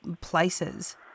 places